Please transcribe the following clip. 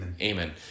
amen